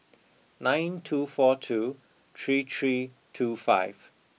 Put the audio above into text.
nine two four two three three two five